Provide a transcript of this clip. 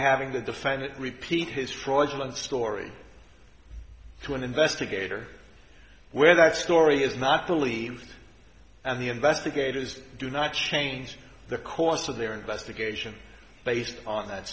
having the defendant repeat his fraudulent story to an investigator where that story is not believed and the investigators do not change the course of their investigation based on that